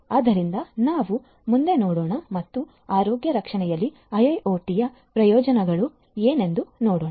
ಆದ್ದರಿಂದ ನಾವು ಮುಂದೆ ನೋಡೋಣ ಮತ್ತು ಆರೋಗ್ಯ ರಕ್ಷಣೆಯಲ್ಲಿ IIoT ಯ ಪ್ರಯೋಜನಗಳು ಏನೆಂದು ನೋಡೋಣ